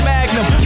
Magnum